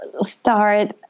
start